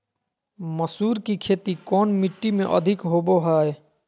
मसूर की खेती कौन मिट्टी में अधीक होबो हाय?